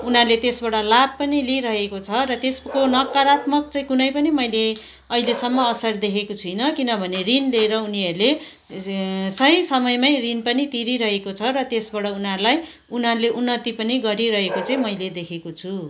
उनीहरूले त्यसबाट लाभ पनि लिइरहेको छ र त्यसको नकारात्मक चाहिँ कुनै पनि मैले अहिलेसम्म असर देखेको छुइनँ किनभने ऋण लिएर उनीहरूले सही समयमै ऋण पनि तिरिरहेको छ र त्यसबाट उनीहरूलाई उनीहरूले उन्नति पनि गरिरहेको चाहिँ मैले देखेको छु